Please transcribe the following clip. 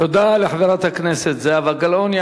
תודה לחברת הכנסת זהבה גלאון.